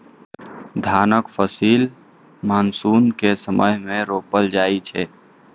धानक फसिल मानसून के समय मे रोपल जाइ छै